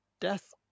death